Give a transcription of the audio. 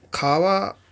ખાવા